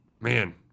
man